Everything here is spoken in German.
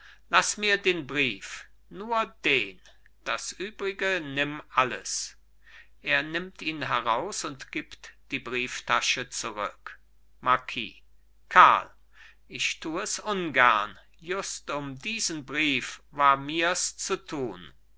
laß mir den brief nur den das übrige nimm alles er nimmt ihn heraus und gibt ihm die brieftasche zurück marquis karl ich tu es ungern just um diesen brief war mirs zu tun